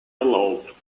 erlaubt